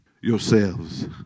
yourselves